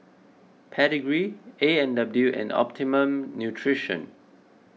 Pedigree A and W and Optimum Nutrition